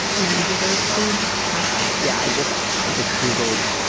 you know, you deserve to have that yeah. i just just googled.